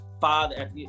father